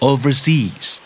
Overseas